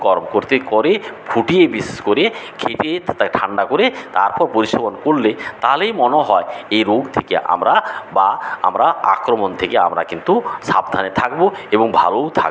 করে ফুটিয়ে বিশেষ করে খেতে তা ঠাণ্ডা করে তারপর পরিসেবন করলে তাহলেই মনে হয় এই রোগ থেকে আমরা বা আমরা আক্রমণ থেকে আমরা কিন্তু সাবধানে থাকবো এবং ভালও থাকব